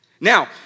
Now